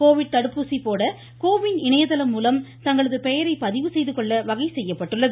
Covid தடுப்பூசி போட CoWIN இணையதளம் மூலம் தங்களது பெயரை பதிவுசெய்து கொள்ள வகை செய்யப்பட்டுள்ளது